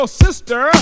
sister